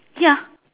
ya